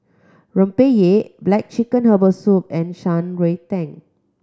Rempeyek black chicken herbal soup and Shan Rui tan